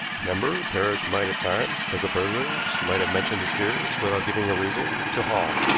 remember parrish might at times think of burglars, might have mentioned his fears, without giving a reason, to hall,